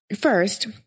First